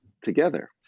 together